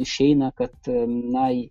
išeina kad na